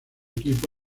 equipo